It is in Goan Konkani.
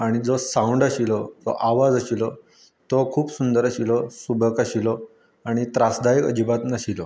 आनी जो सावंड आशिल्लो जो आवाज आशिल्लो तो खूब सुंदर आशिल्लो सुबक आशिल्लो आणी त्रासदायक अजिबात नाशिल्लो